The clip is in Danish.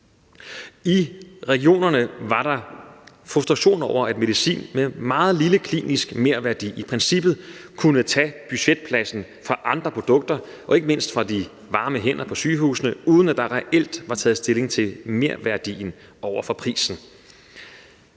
I regionerne var der frustration over, at medicin med meget lille klinisk merværdi i princippet kunne tage budgetpladsen fra andre produkter og ikke mindst fra de varme hænder på sygehusene, uden at der reelt var taget stilling til merværdien over for prisen.